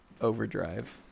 overdrive